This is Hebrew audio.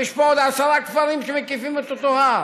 יש פה עוד עשרה כפרים שמקיפים את אותו הר,